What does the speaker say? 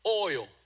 oil